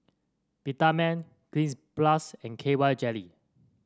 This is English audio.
Peptamen Cleanz Plus and K Y Jelly